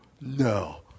no